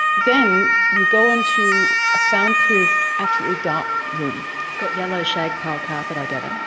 then you go into a soundproof, absolutely dark room. it's got yellow shag pile carpet i gather.